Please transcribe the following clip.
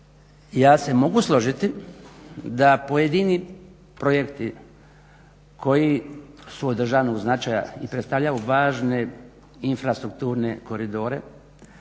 ja se mogu složiti da pojedini projekti koji su od državnog značaja i predstavljaju važne infrastrukturne koridore,